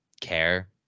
care